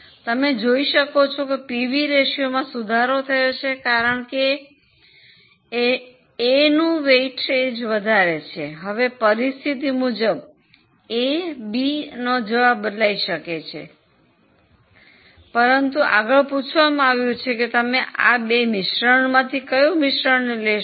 તમે જોઈ શકો છો કે પીવી રેશિયોમાં સુધારો થયો છે કારણ કે એનું વેઈટ વધારે છે હવે પરિસ્થિતિ મુજબ એ અને બી નો જવાબ બદલાઈ શકે છે પરંતુ આગળ પૂછવામાં આવ્યું છે કે તમે આ 2 મિશ્રણનો માંથી કયું મિશ્રણને લેશો